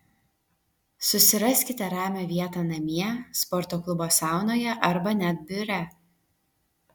susiraskite ramią vietą namie sporto klubo saunoje arba net biure